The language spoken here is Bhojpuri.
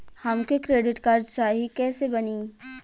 हमके क्रेडिट कार्ड चाही कैसे बनी?